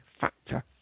factor